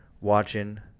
watching